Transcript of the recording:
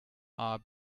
are